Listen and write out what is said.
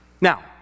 Now